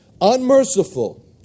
unmerciful